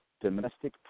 domestic